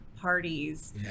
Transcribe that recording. parties